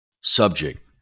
subject